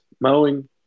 Mowing